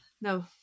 No